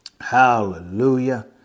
Hallelujah